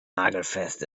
nagelfest